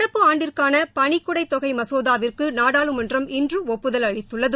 நடப்பு ஆண்டிற்கான பணிக்கொடை தொகை மசோதாவிற்கு நாடாளுமன்றம் இன்று ஒப்புதல் அளித்துள்ளது